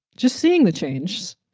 just seeing the changes,